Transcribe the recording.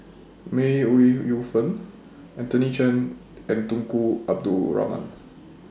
May Ooi Yu Fen Anthony Chen and Tunku Abdul Rahman